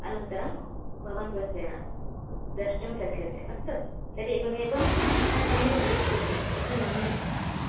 अनन्तरं भवान् द्रष्टुं शक्यते अस्तु तर्हि एवमेवं तत् सम्यक् भविष्यति इति मन्ये